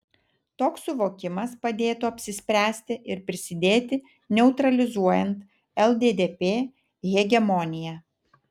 toks suvokimas padėtų apsispręsti ir prisidėti neutralizuojant lddp hegemoniją